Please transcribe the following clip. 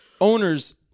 owners